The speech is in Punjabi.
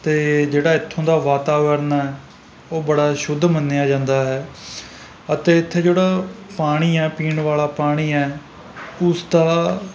ਅਤੇ ਜਿਹੜਾ ਇੱਥੋਂ ਦਾ ਵਾਤਾਵਰਨ ਆ ਉਹ ਬੜਾ ਸ਼ੁੱਧ ਮੰਨਿਆ ਜਾਂਦਾ ਹੈ ਅਤੇ ਇੱਥੇ ਜਿਹੜਾ ਪਾਣੀ ਹੈ ਪੀਣ ਵਾਲਾ ਪਾਣੀ ਹੈ ਉਸ ਦਾ